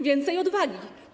Więcej odwagi.